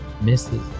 misses